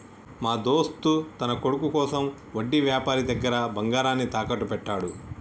మా దోస్త్ తన కొడుకు కోసం వడ్డీ వ్యాపారి దగ్గర బంగారాన్ని తాకట్టు పెట్టాడు